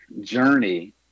journey